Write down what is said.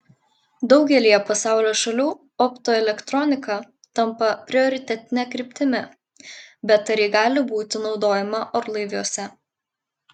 daugelyje pasaulio šalių optoelektronika tampa prioritetine kryptimi bet ar ji gali būti naudojama orlaiviuose